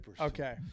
Okay